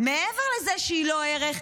מעבר לזה שהיא לא ערך,